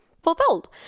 fulfilled